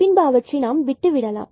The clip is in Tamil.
பின்பு அவற்றை நாம் விட்டு விடலாம்